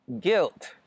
guilt